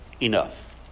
enough